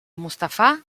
mustafà